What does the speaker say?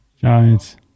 giants